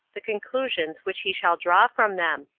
the conclusions which he shall draw from them,